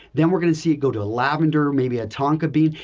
then we're going to see it go to lavender maybe a tonka bean.